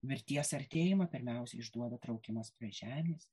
mirties artėjimą pirmiausia išduoda traukimas prie žemės